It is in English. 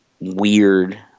weird